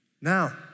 Now